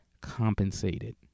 compensated